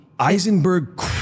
Eisenberg